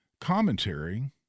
commentary